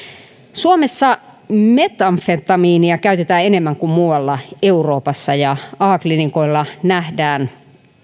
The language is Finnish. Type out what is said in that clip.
suomessa metamfetamiinia käytetään enemmän kuin muualla euroopassa ja a klinikoilla nähdään